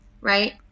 right